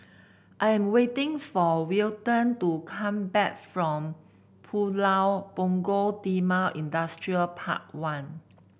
I am waiting for Wilton to come back from Pulau Punggol Timor Industrial Park One